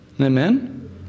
Amen